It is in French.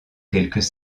quelques